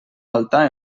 altar